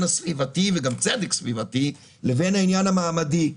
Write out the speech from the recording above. הסביבה וגם צדק סביבתי לבין העניין המעמדי.